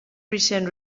recent